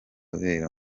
abera